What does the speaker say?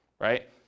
right